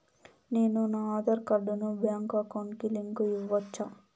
నేను నా ఆధార్ కార్డును బ్యాంకు అకౌంట్ కి లింకు ఇవ్వొచ్చా?